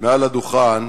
מעל הדוכן